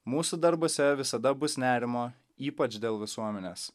mūsų darbuose visada bus nerimo ypač dėl visuomenės